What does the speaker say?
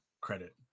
credit